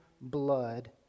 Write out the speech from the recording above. blood